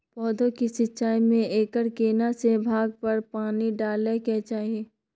पौधों की सिंचाई में एकर केना से भाग पर पानी डालय के चाही?